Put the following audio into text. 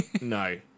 No